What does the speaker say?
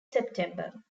september